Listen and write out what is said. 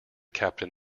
captain